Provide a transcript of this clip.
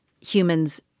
humans